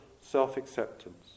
self-acceptance